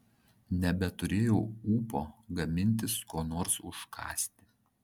nebeturėjau ūpo gamintis ko nors užkąsti